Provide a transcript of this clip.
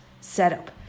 setup